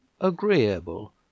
agreeable